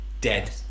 dead